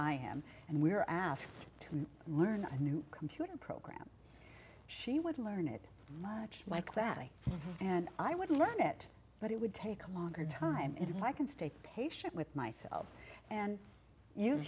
i am and we're asked to learn a new computer program she would learn it much like that and i would learn it but it would take longer time and if i can stay patient with myself and use